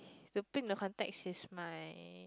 to put into context he is my